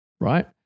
right